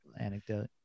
anecdote